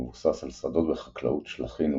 המבוסס על שדות בחקלאות שלחין ובעל,